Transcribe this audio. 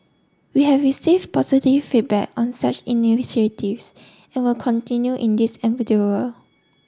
we have receive positive feedback on such initiatives and will continue in this endeavour